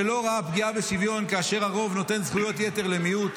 שלא ראה פגיעה בשוויון כאשר הרוב נותן זכויות יתר למיעוט.